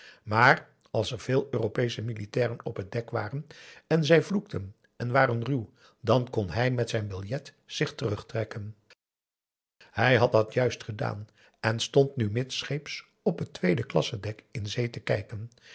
maar als er veel europeesche militairen op het dek waren en zij vloekten en waren ruw dan kon hij met zijn biljet zich terugtrekken hij had dat juist gedaan en stond nu midscheeps op het tweede klasse dek in zee te kijken